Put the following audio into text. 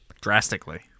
drastically